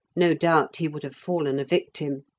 no doubt he would have fallen a victim.